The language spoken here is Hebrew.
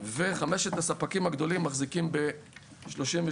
וחמשת הספקים הגדולים מחזיקים ב-38.5%.